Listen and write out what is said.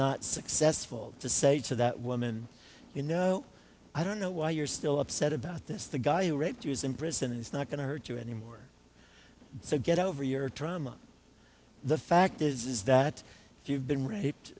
not successful to say to that woman you know i don't know why you're still upset about this the guy who raped years in prison is not going to hurt you anymore so get over your trauma the fact is that you've been raped